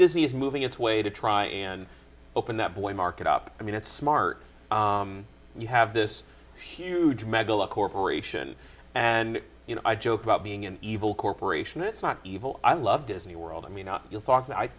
disney is moving its way to try and open that boy market up i mean it's smart you have this huge mega corporation and you know i joke about being an evil corporation it's not evil i love disney world i mean are you talk